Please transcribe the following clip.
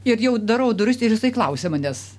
ir jau darau duris ir jisai klausia manęs